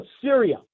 Syria